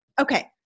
Okay